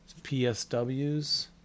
PSWs